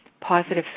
positive